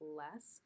less